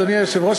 אדוני היושב-ראש,